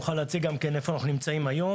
אנחנו נוכל להציג גם איפה אנחנו נמצאים היום,